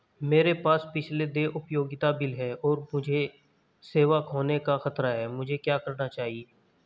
मेरे पास पिछले देय उपयोगिता बिल हैं और मुझे सेवा खोने का खतरा है मुझे क्या करना चाहिए?